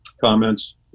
comments